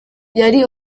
yari